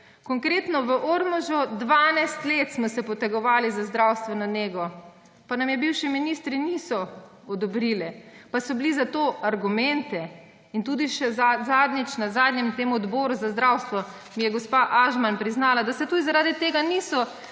Konkretno v Ormožu smo se 12 let potegovali za zdravstveno nego, pa nam je bivši ministri niso odobrili. Pa so bili za to argumenti in še zadnjič, na zadnjem odboru za zdravstvo mi je gospa Ažman priznala, da se zaradi tega niso